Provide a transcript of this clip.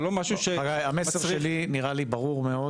זה לא משהו שמצריך --- המסר שלי נראה לי ברור מאד.